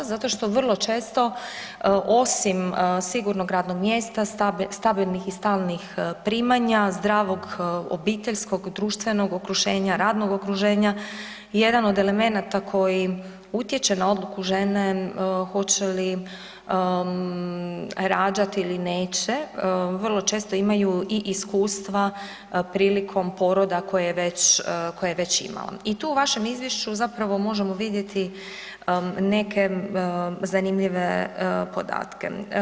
Zašto što vrlo često osim sigurnog radnom mjesta, stabilnih i stalnih primanja, zdravog obiteljskog, društvenog okruženja, radnog okruženja, jedan od elemenata koji utječe na odluku žene hoće li rađati ili neće, vrlo često imaju i iskustva prilikom poroda koje je već imala i tu u vašem izvješću zapravo možemo vidjeti neke zanimljive podatke.